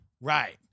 Right